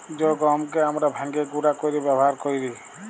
জ্যে গহমকে আমরা ভাইঙ্গে গুঁড়া কইরে ব্যাবহার কৈরি